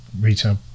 retail